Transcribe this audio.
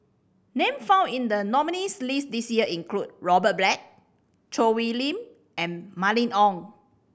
names found in the nominees' list this year include Robert Black Choo Hwee Lim and Mylene Ong